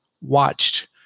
watched